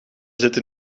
zitten